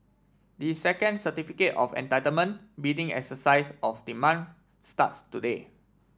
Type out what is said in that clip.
the second Certificate of Entitlement bidding exercise of the month starts today